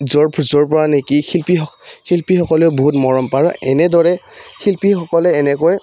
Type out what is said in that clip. য'ৰ য'ৰ পৰা নেকি শিল্পী শিল্পীসকলেও বহুত মৰম পাই আৰু এনেদৰে শিল্পীসকলে এনেকৈ